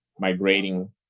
Migrating